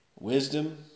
wisdom